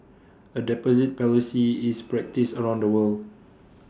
A deposit policy is practised around the world